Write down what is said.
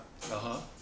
(uh huh)